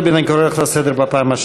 בג"ץ אמר,